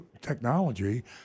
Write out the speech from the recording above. technology